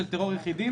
בעניין טרור יחידים?